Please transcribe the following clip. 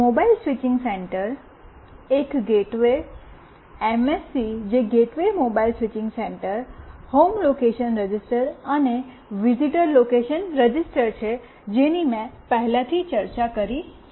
mobile switching centre એક gateway MSC જે gateway mobile switching centre home location register અને visitor location register છે જેની મેં પહેલાથી ચર્ચા કરી છે